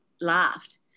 laughed